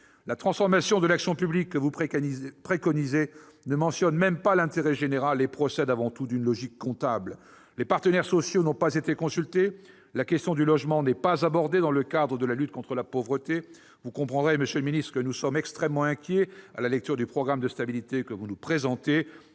La transformation de l'action publique que vous préconisez ne mentionne même pas l'intérêt général et procède avant tout d'une logique comptable. Les partenaires sociaux n'ont pas été consultés. La question du logement n'est pas abordée dans le cadre de la lutte contre la pauvreté. Vous comprendrez, monsieur le ministre, que nous sommes extrêmement inquiets à la lecture du programme de stabilité que vous nous présentez.